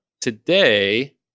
today